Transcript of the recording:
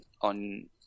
on